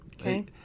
Okay